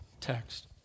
text